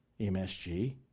MSG